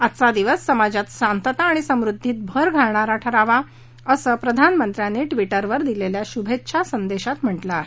आजचा दिवस समाजात शांतता आणि समृद्धीत भर घालणारा ठरावा असं प्रधानमंत्र्यांनी ट्वीटरवर दिलेल्या शुभेच्छा संदेशात म्हटलं आहे